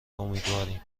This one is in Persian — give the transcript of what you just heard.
امیدواریم